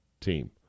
team